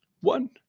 One